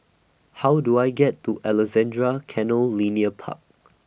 How Do I get to Alexandra Canal Linear Park